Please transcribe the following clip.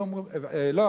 לא,